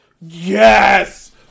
yes